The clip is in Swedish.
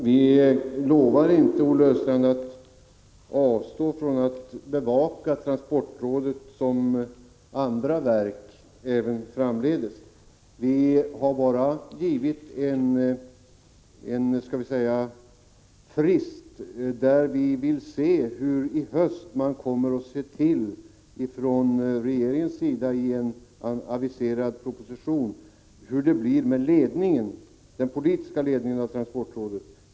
Herr talman! Vi lovar inte, Olle Östrand, att även framdeles avstå från att bevaka transportrådet på det sätt som vi bevakar andra verk. Vi har bara givit en frist till i höst då regeringen i en aviserad proposition skall ange hur den politiska ledningen i transportrådet skall se ut.